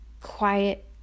quiet